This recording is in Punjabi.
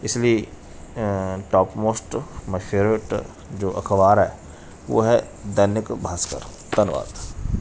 ਇਸ ਲਈ ਟੋਪ ਮੋਸਟ ਮਾਈ ਫੇਵਰੇਟ ਜੋ ਅਖ਼ਬਾਰ ਹੈ ਉਹ ਹੈ ਦੈਨਿਕ ਭਾਸਕਰ ਧੰਨਵਾਦ